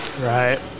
right